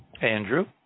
Andrew